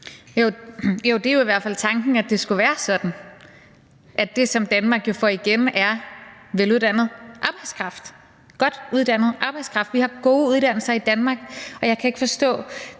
Jo, det er jo i hvert fald tanken at det skulle være sådan – at det, som Danmark får igen, er veluddannet arbejdskraft, godt uddannet arbejdskraft. Vi har gode uddannelser i Danmark, og jeg kan ikke forstå,